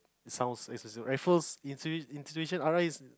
it sounds Raffles Institution R_I